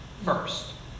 first